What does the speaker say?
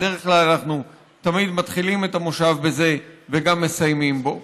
בדרך כלל אנחנו תמיד מתחילים את המושב בזה וגם מסיימים בו.